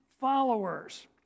followers